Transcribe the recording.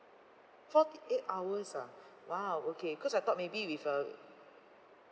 forty eight hours ah !wow! okay cause I thought maybe with uh